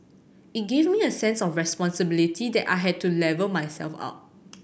it gave me a sense of responsibility that I had to level myself up